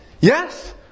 Yes